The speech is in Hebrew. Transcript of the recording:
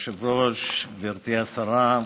היושב-ראש, גברתי השרה,